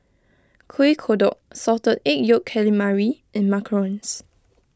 Kueh Kodok Salted Egg Yolk Calamari and Macarons